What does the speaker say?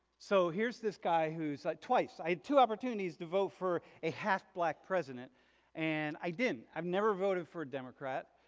so here's this guy who's like twice, i had two opportunities to vote for a half-black president and i didn't. i've never voted for a democrat